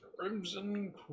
Crimson